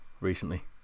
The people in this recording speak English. recently